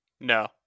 No